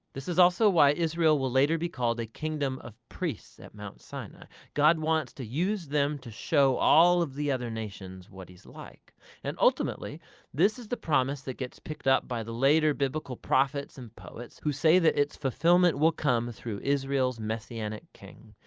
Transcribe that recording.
this is also why israel will later be called a kingdom of priests at mount sinai. god wants to use them to show all of the other nations what he's like and ultimately this is the promise that gets picked up by the later biblical prophets and poets who say that its fulfillment will come through israel's messianic king,